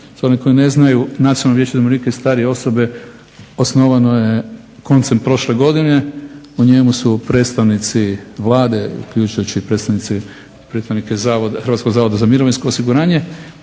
za one koji ne znaju Nacionalno vijeće za umirovljenike i starije osobe osnovano je koncem prošle godine. U njemu su predstavnici Vlade uključujući i predstavnici zavoda, Hrvatskog zavoda za mirovinsko osiguranje,